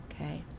okay